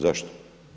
Zašto?